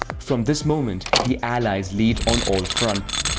from this moment, the allies lead on all fronts.